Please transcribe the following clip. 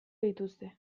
dituzte